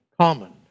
common